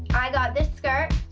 i got this skirt,